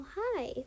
hi